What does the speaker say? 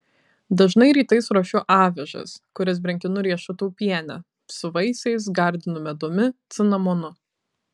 dažnai rytais ruošiu avižas kurias brinkinu riešutų piene su vaisiais gardinu medumi cinamonu